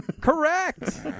Correct